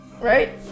Right